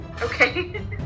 Okay